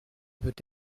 peut